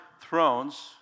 thrones